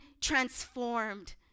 transformed